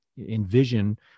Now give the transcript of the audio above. envision